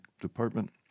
department